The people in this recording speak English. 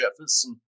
Jefferson